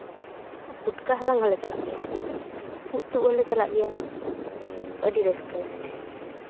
ᱯᱩᱴᱠᱟᱹ ᱦᱟᱞᱟᱝ ᱦᱚᱞᱮ ᱪᱟᱞᱟᱜ ᱜᱮᱭᱟ ᱩᱵ ᱛᱩᱫᱽ ᱦᱚᱞᱮ ᱪᱟᱞᱟᱜ ᱜᱮᱭᱟ ᱟᱹᱰᱤ ᱨᱟᱹᱥᱠᱟᱹ ᱦᱩᱭᱩᱜ ᱛᱮ